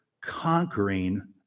conquering